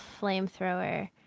flamethrower